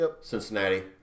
Cincinnati